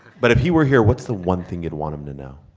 but if he were here, what's the one thing you would want him to know?